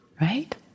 Right